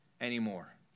anymore